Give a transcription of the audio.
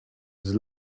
his